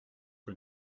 que